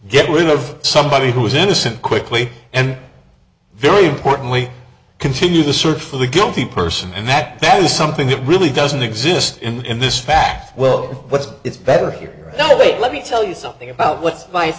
get rid of somebody who is innocent quickly and very importantly continue the search for the guilty person and that is something that really doesn't exist in this fact well it's better here the wait let me tell you something about what